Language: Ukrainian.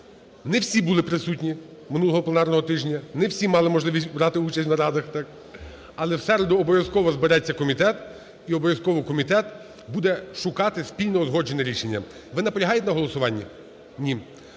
Не всі були присутні минулого пленарного тижня, не всі мали можливість брати участь у нарадах, так. Але в середу обов'язково збереться комітет, і обов'язково комітет буде шукати спільне узгоджене рішення. Ви наполягаєте на голосуванні? Ні.